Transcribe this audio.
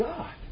God